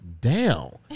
down